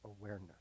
awareness